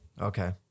Okay